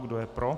Kdo je pro?